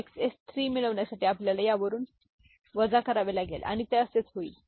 XS 3 मिळविण्यासाठी आपल्याला त्यावरून sub वजा करावे लागेल आणि ते असेच होईल